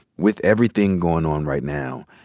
with everything going on right now,